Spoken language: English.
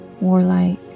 warlike